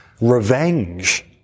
revenge